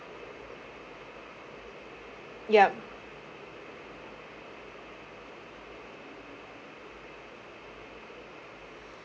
yup